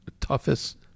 Toughest